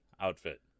outfit